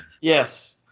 Yes